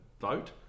vote